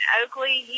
Oakley